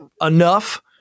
enough